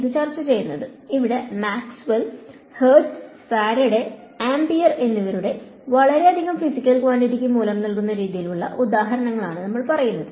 ഇവിടെ നമ്മൾ Maxwell Hertz Faraday Ampere എന്നിവരുടെ വളരെയധികം ഫിസിക്കൽ ക്വാണ്ടിറ്റി ക്ക് മൂല്യം നൽകുന്ന രീതിയിലുള്ള ഉദാഹരണങ്ങളാണ് നമ്മൾ പറയുന്നത്